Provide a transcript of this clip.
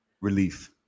relief